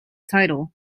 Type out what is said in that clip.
title